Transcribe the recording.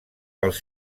pels